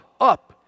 up